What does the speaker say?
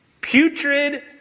putrid